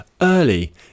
early